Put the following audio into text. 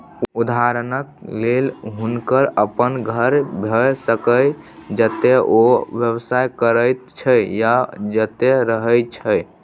उदहारणक लेल हुनकर अपन घर भए सकैए जतय ओ व्यवसाय करैत छै या जतय रहय छै